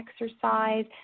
exercise